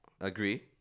agree